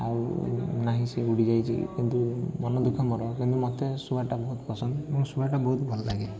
ଆଉ ନାହିଁ ସିଏ ଉଡ଼ିଯାଇଛି କିନ୍ତୁ ମନଦୁଃଖ ମୋର କିନ୍ତୁ ମୋତେ ଶୁଆଟା ବହୁତ ପସନ୍ଦ ମୁଁ ଶୁଆଟା ବହୁତ ଭଲଲାଗେ